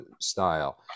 style